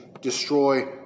destroy